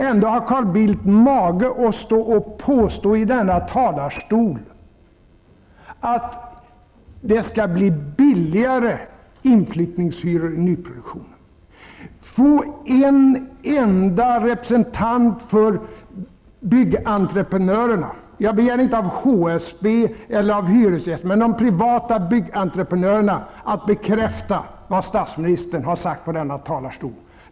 Ändå har Carl Bildt mage att från denna talarstol påstå att det skall bli billigare inflyttningshyror i nyproduktionen. Kan man få en enda representant för byggentreprenörerna -- jag begär inte att det skall vara en företrädare för HSB eller hyresgästerna i övrigt, men för någon av de privata byggentreprenörerna -- att bekräfta vad statsministern har sagt från denna talarstol?